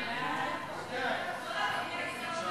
חוק התכנון